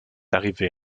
arrivé